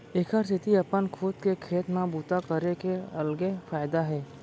एखरे सेती अपन खुद के खेत म बूता करे के अलगे फायदा हे